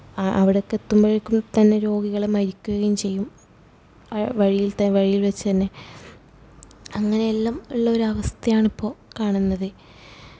അവിടേക്കെത്തുമ്പോഴേക്കും തന്നെ രോഗികൾ മരിക്കുകയും ചെയ്യും ആ വഴിയിലത്തെ വഴിയില് വെച്ചു തന്നെ അങ്ങനെയെല്ലാം ഉള്ളൊരവസ്ഥയാണിപ്പോൾ കാണുന്നത്